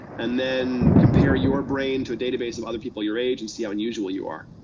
and then compare your brain to a database of other people your age, and see how unusual you are,